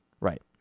Right